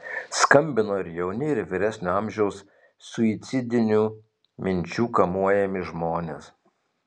skambino ir jauni ir vyresnio amžiaus suicidinių minčių kamuojami žmonės